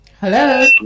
Hello